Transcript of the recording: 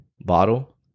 bottle